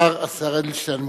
השר אדלשטיין,